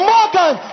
Morgan